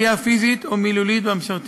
2. צה״ל מגנה כל פגיעה פיזית או מילולית במשרתים.